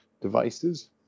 devices